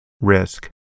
risk